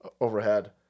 overhead